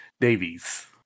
Davies